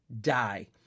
die